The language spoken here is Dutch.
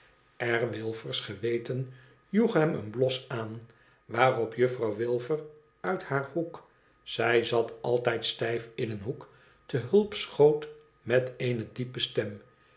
r wilfer's geweten joeg hem een blos aan waarop juffrouw wilfer uit haar hoek zij zat altijd stijf in een hoek te hulp schoot met eene diepe stem